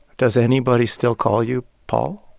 does anybody still call you paul?